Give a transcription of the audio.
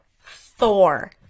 Thor